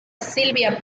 sylvia